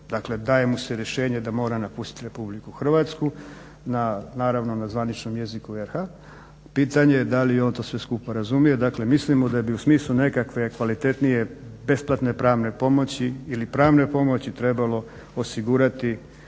dakle daje mu se rješenje da mora napustiti Republiku Hrvatsku naravno na zvaničnom jeziku RH. Pitanje je da li on to sve skupa razumije, dakle mislimo da bi u smislu nekakve kvalitetnije besplatne pravne pomoći ili pravne pomoći trebalo osigurati